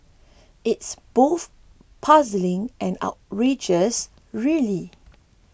it's both puzzling and outrageous really